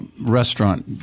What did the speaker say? restaurant